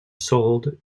sold